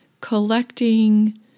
collecting